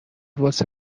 واسه